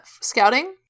Scouting